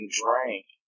drank